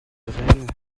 rennes